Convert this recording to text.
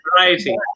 Variety